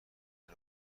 پدر